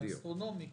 אסטרונומי,